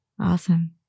awesome